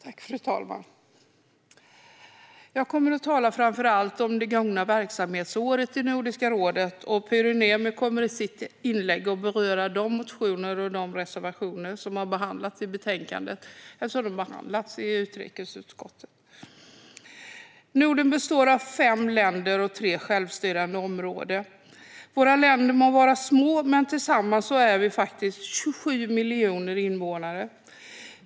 Fru talman! Jag kommer att tala framför allt om det gångna verksamhetsåret i Nordiska rådet. Pyry Niemi kommer i sitt inlägg att beröra de motioner och reservationer som har behandlats i betänkandet eller i utrikesutskottet. Norden består av fem länder och tre självstyrande områden. Våra länder må vara små, men tillsammans är vi 27 miljoner invånare.